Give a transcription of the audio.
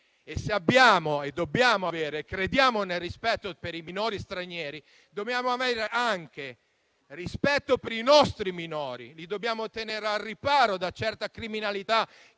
Se abbiamo, dobbiamo avere e crediamo nel rispetto per i minori stranieri, dobbiamo avere anche rispetto per i nostri minori tenendoli al riparo da certa criminalità